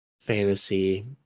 fantasy